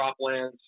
croplands